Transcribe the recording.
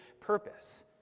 purpose